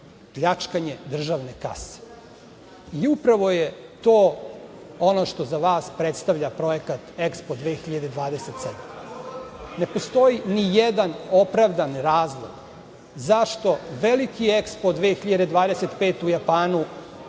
pljačkanje državne kase i upravo je to ono što za vas predstavlja projekat EHSPO 2027. Ne postoji nijedan opravdan razlog zašto veliki EHPO 2025. u Japanu